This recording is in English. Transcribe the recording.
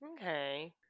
Okay